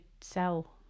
sell